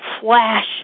flash